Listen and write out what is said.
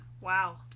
Wow